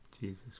Jesus